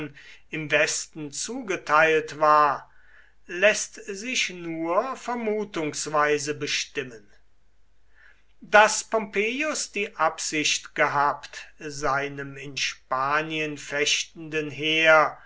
im westen zugeteilt war läßt sich nur vermutungsweise bestimmen daß pompeius die absicht gehabt seinem in spanien fechtenden heer